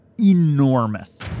enormous